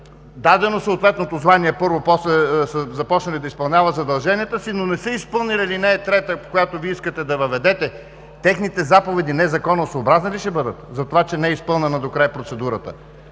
дадено съответното звание – първо, после са започнали да изпълняват задълженията си, но не са изпълнили ал. 3, която Вие искате да въведете. Техните заповеди незаконосъобразни ли ще бъдат затова, че не е изпълнена докрай процедурата?